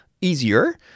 easier